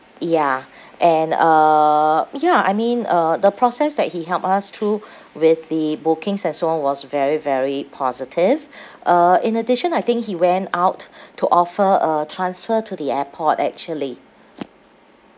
ya and uh ya I mean uh the process that he helped us through with the bookings as well was very very positive uh in addition I think he went out to offer a transfer to the airport actually